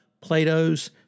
Plato's